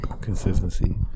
Consistency